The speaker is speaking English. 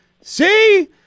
see